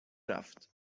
رفت